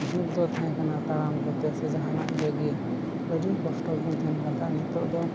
ᱡᱩᱜᱽ ᱫᱚ ᱛᱟᱦᱮᱸ ᱠᱟᱱᱟ ᱛᱟᱲᱟᱢ ᱠᱚᱛᱮ ᱥᱮ ᱡᱟᱦᱟᱱᱟᱜ ᱤᱭᱟᱹ ᱜᱮ ᱟᱹᱰᱤ ᱠᱚᱥᱴᱚ ᱨᱮᱵᱚᱱ ᱛᱟᱦᱮᱱ ᱠᱟᱱ ᱛᱟᱦᱮᱸᱫᱼᱟ ᱟᱨ ᱱᱤᱛᱚᱜ ᱫᱚ